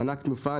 מענק תנופה,